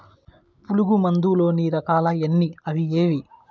పులుగు మందు లోని రకాల ఎన్ని అవి ఏవి?